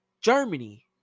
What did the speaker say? Germany